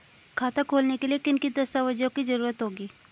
खाता खोलने के लिए किन किन दस्तावेजों की जरूरत होगी?